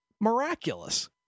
miraculous